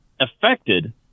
affected